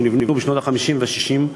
שנבנו בשנות ה-50 וה-60,